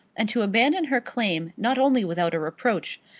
and to abandon her claim not only without a reproach,